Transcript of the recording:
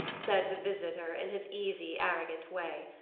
said the visitor in his easy arrogant way.